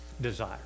desire